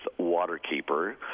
Waterkeeper